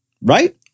Right